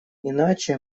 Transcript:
иначе